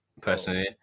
personally